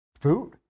food